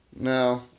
No